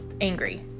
angry